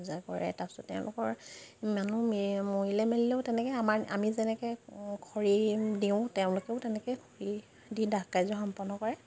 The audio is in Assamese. পূজা কৰে তাৰপিছত তেওঁলোকৰ মানুহ মৰিলে মেলিলেও তেনেকে আমাৰ আমি যেনেকে খৰি দিওঁ তেওঁলোকেও তেনেকে খৰি দি দাহ কাৰ্য সম্পন্ন কৰে